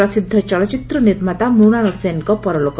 ପ୍ରସିଦ୍ଧ ଚଳଚ୍ଚିତ୍ର ନିର୍ମାତା ମୂଣାଳ ସେନ୍ଙ୍କ ପରଲୋକ